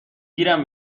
گیرم